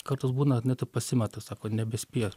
kartais būna net ir pasimeta sako nebespėja